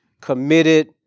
committed